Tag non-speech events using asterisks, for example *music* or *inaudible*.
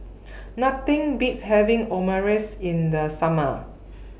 *noise* Nothing Beats having Omurice in The Summer *noise*